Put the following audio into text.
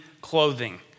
clothing